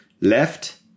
left